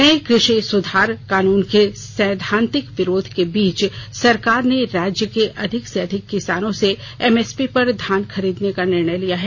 नये कृषि सुधार कानून के सैधांतिक विरोध के बीच सरकार ने राज्य के अधिक से अधिक किसानों से एमएसपी पर धान खरीदने का निर्णय लिया है